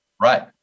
Right